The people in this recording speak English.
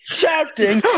shouting